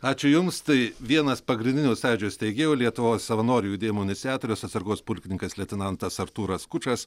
ačiū jums tai vienas pagrindinių sąjūdžio steigėjų lietuvos savanorių judėjimo iniciatorius atsargos pulkininkas leitenantas artūras skučas